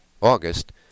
August